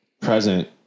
present